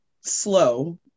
slow